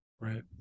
Right